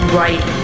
right